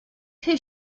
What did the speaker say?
his